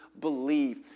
believe